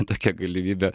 tokia galimybe